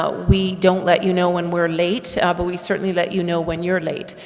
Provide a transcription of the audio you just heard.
but we don't let you know when we're late, ah but we certainly let you know when you're late,